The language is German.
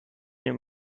dem